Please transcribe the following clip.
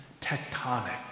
tectonic